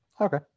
okay